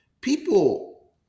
People –